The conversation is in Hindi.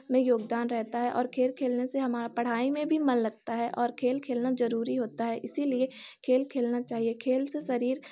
में योगदान रहता है और खेल खेलने से हमारा पढ़ाई में भी मन लगता है और खेल खेलना ज़रूरी होता है इसीलिए खेल खेलना चाहिए खेल से शरीर